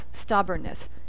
stubbornness